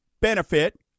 benefit